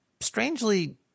Strangely